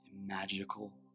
magical